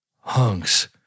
Hunks